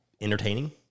entertaining